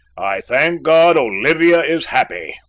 i thank god olivia is happy!